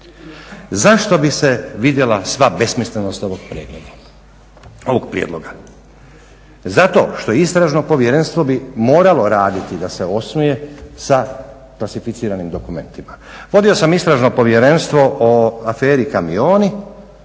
Zašto bi se vidjela sva besmislenost ovog prijedloga? Zato što istražno povjerenstvo bi moralo raditi da se osnuje sa klasificiranim dokumentima. Vodio sam istražno povjerenstvo o aferi kamioni